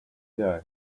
die